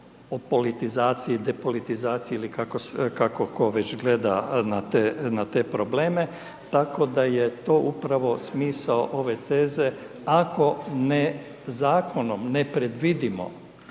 o politizaciji, depolitizaciji ili kako tko već gleda na te probleme, tako da je to upravo smisao ove teze ako zakonom ne predvidimo